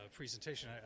presentation